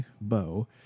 bow